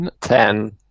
Ten